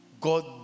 God